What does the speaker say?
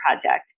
Project